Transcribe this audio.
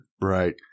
Right